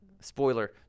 Spoiler